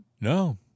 No